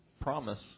promise